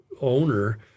owner